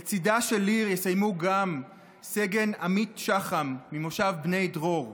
לצידה של ליר יסיימו גם סגן עמית שחם ממושב בני דרור,